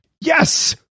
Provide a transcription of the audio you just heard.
Yes